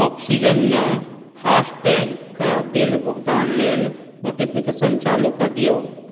ऑक्सीजनमे फास्टैगक बिल भुगतान लेल नोटिफिकेशन चालू कऽ दिऔ